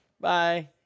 Bye